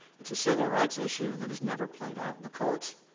it's a civil rights issue that has never played out in the court